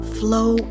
flow